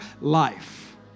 life